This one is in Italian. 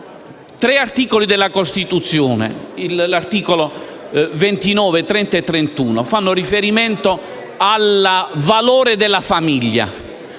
tre articoli della Costituzione: gli articoli 29, 30 e 31, che fanno riferimento al valore della famiglia.